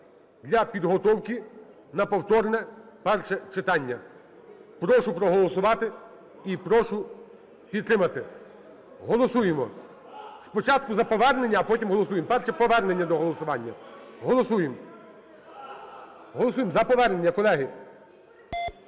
для підготовки на повторне перше читання. Прошу проголосувати і прошу підтримати. Голосуємо. Спочатку за повернення, а потім голосуємо. Перше - повернення до голосування. Голосуємо. Голосуємо за повернення, колеги.